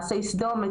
מעשי סדום,